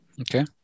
Okay